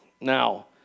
Now